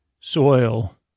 soil